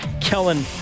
Kellen